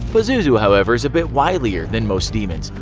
pazuzu however is a bit wilier than most demons,